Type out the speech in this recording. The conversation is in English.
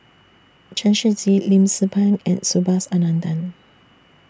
Chen Shiji Lim Tze Peng and Subhas Anandan